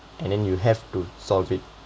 and then you have to solve it